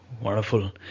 wonderful